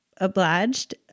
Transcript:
obliged